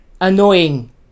annoying